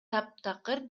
таптакыр